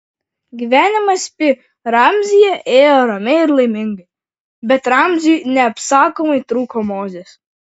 gyvenimas pi ramzyje ėjo ramiai ir laimingai bet ramziui neapsakomai trūko mozės